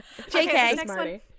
jk